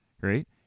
right